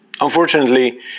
Unfortunately